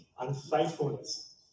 unfaithfulness